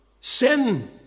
Sin